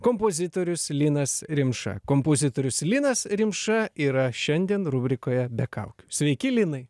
kompozitorius linas rimša kompozitorius linas rimša yra šiandien rubrikoje be kaukių sveiki linai